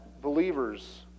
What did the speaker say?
believers